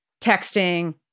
texting